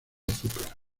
azúcar